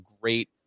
great